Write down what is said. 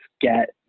get